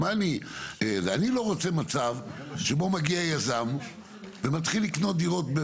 אני לא רוצה מצב שבו מגיע יזם ומתחיל לקנות דירות.